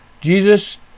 Jesus